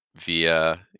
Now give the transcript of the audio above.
via